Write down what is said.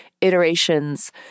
iterations